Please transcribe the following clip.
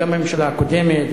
גם בממשלה הקודמת,